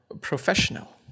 professional